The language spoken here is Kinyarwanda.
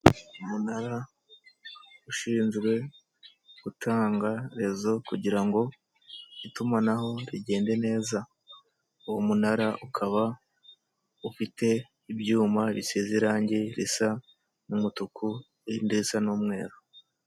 Umunara ushinzwe gutanga rezo kugira ngo itumanaho rigende neza uwo munara ukaba ufite ibyuma risize irangi risa n'umutuku ndetse n'umweru.